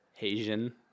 Asian